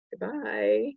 goodbye